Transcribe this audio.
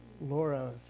Laura